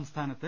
സംസ്ഥാനത്ത്